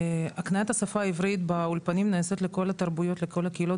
הקניית השפה העברית באולפנים נעשית לכל התרבויות לכל הקהילות